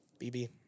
BB